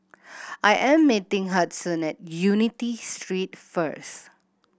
I am meeting Hudson at Unity Street first